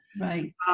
right